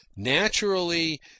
naturally